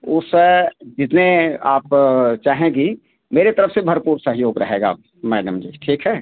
उस जितने आप चाहेंगी मेरे तरफ से भरपूर सहयोग रहेगा मैडम जी ठीक है